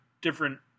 different